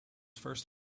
first